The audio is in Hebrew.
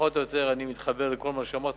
פחות או יותר אני מתחבר לכל מה שאמרתם,